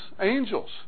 angels